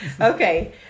Okay